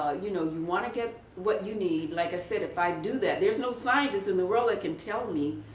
ah you know, you want to get what you need. like i said if i do that there's no scientist in the world that can tell me,